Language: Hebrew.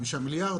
5 מיליארד,